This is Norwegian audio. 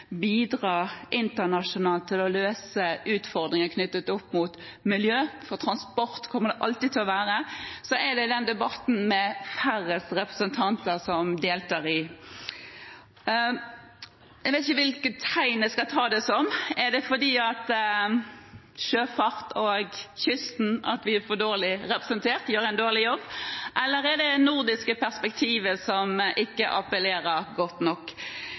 bidra internasjonalt til å løse utfordringer knyttet til miljø – for transport kommer det alltid til å være – at det er den debatten færrest representanter deltar i. Jeg vet ikke hva jeg skal ta det som tegn på. Er det fordi sjøfarten og kysten er for dårlig representert, at vi gjør en dårlig jobb, eller er det det nordiske perspektivet som ikke appellerer godt nok?